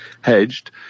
hedged